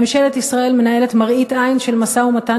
ממשלת ישראל מנהלת מראית עין של משא-ומתן,